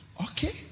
Okay